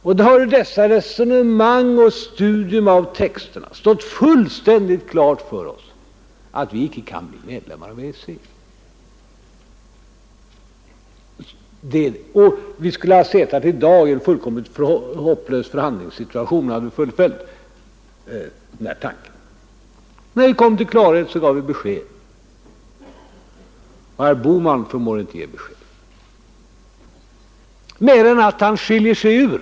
Efter dessa resonemang och studier av texterna har det stått fullständigt klart för oss att vi inte kan bli medlemmar i EEC. Vi skulle i dag ha suttit i en fullkomligt hopplös förhandlingssituation om vi fullföljt den tanken. När vi kom till klarhet gav vi besked, men herr Bohman förmår inte ge besked på annat sätt än att han skiljer sig ur.